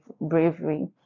bravery